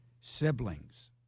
siblings